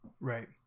Right